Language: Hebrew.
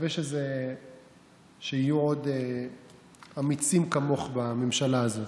מקווה שיהיו עוד אמיצים כמוך בממשלה הזאת.